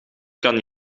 kan